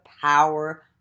power